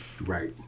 Right